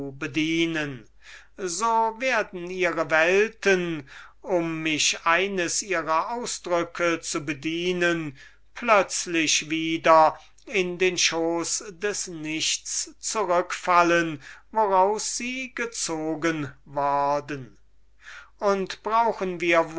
bedienen so werden ihre welten um mich eines ihrer ausdrücke zu bedienen plötzlich wieder in den schoß des nichts zurückfallen woraus sie gezogen worden und brauchen wir